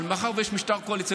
אבל מאחר שיש משטר קואליציוני,